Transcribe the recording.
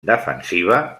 defensiva